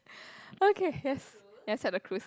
okay yes yes at the cruise